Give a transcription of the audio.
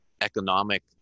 economic